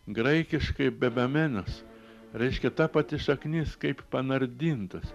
graikiškai bebemenas reiškia ta pati šaknis kaip panardintas